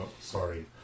sorry